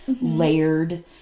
layered